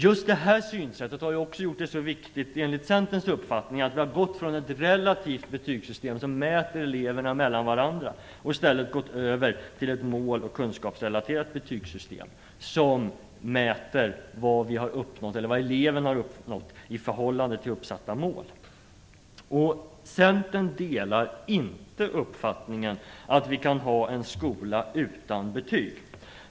Just det här synsättet har gjort det så viktigt, enligt Centerns uppfattning, att vi har fått fram ett relativt betygssystem, som mäter eleverna mellan varandra, och i stället gått över till ett mål och kunskapsrelaterat betygssystem, som mäter vad eleven har uppnått i förhållande till uppsatta mål. Centern delar inte uppfattningen att vi kan ha en skola utan betyg.